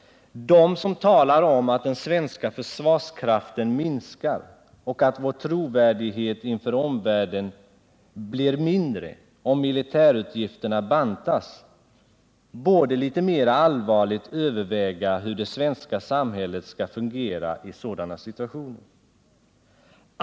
De som talar om att den svenska försvarskraften minskar och att vår trovärdighet inför omvärlden blir mindre om militärutgifterna bantas borde litet mer allvarligt överväga hur det svenska samhället skall fungera i sådana situationer.